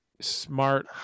smart